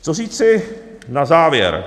Co říci na závěr?